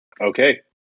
Okay